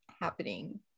happening